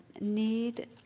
need